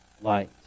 light